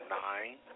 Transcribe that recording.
nine